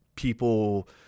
people